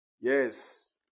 Yes